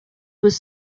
was